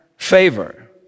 favor